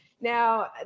Now